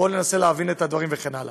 בוא ננסה להבין את הדברים וכן הלאה.